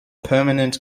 permanent